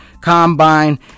Combine